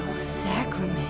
sacrament